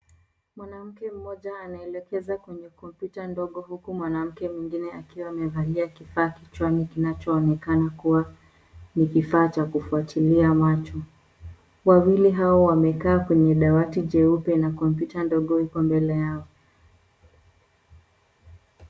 Mwanamke mmoja anaelekeza kwenye kompyuta ndogo huku mwanamke mwingine akiwa amevalia kifaa kichwani kinachoonekana kuwa ni kifaa cha kufuatilia macho, kwa vile hawa wamekaa kwenye dawati jeupe na kompyuta ndogo iko mbele yao.